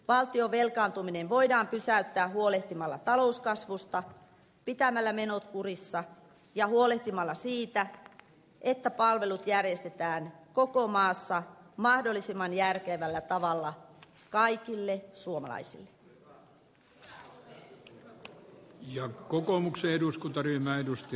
valtion velkaantuminen voidaan pysäyttää huolehtimalla talouskasvusta pitämällä menot kurissa ja huolehtimalla siitä että palvelut järjestetään koko maassa mahdollisimman järkevällä tavalla kaikille suomalaisille